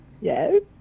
Yes